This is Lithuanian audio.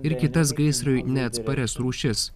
ir kitas gaisrui neatsparias rūšis